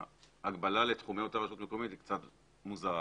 ההגבלה לתחומי אותה רשות מקומית היא קצת מוזרה,